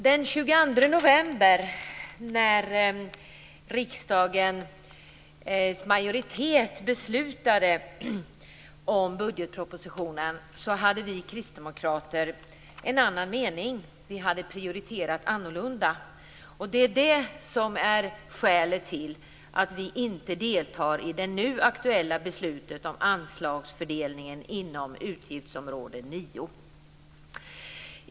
Den 22 november när riksdagens majoritet beslutade om budgetpropositionen hade vi kristdemokrater en annan mening. Vi hade prioriterat annorlunda. Det är skälet till att vi inte deltar i det nu aktuella beslutet om anslagsfördelning inom utgiftsområde 9.